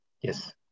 Yes